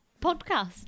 podcast